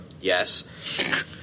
yes